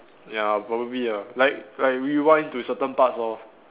ya probably ah like like rewind to certain parts lor